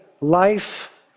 life